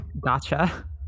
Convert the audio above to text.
Gotcha